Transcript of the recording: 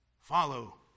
Follow